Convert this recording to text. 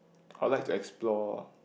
I'd like to explore